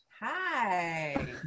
Hi